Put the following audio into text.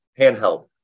handheld